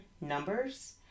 numbers